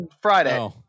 Friday